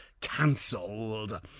cancelled